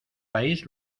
país